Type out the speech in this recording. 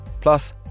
Plus